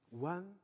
One